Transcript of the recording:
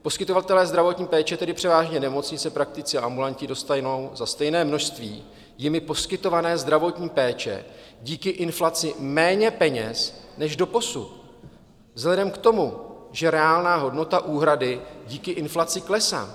Poskytovatelé zdravotní péče, tedy převážně nemocnice, praktici a ambulanti, dostanou za stejné množství jimi poskytované zdravotní péči díky inflaci méně peněz než doposud vzhledem k tomu, že reálná hodnota úhrady díky inflaci klesá.